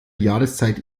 jahreszeit